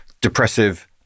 depressive